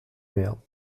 mehr